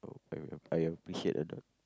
I I appreciate a lot